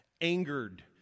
angered